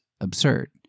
absurd